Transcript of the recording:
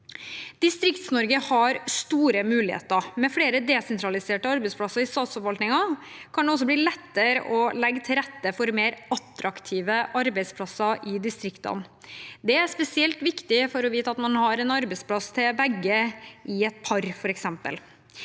Distrikts-Norge har store muligheter. Med flere desentraliserte arbeidsplasser i statsforvaltningen kan det også bli lettere å legge til rette for mer attraktive arbeidsplasser i distriktene. Det er f.eks. spesielt viktig å vite at man har en arbeidsplass til begge i et par. Skal